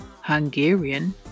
Hungarian